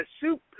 soup